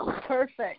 perfect